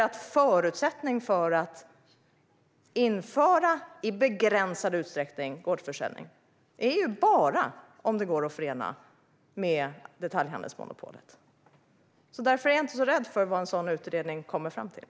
En förutsättning för att i begränsad utsträckning införa gårdsförsäljning är ju att det ska gå att förena med detaljhandelsmonopolet. Därför är jag inte så rädd för vad en sådan utredning kommer fram till.